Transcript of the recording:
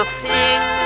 sing